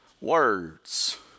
words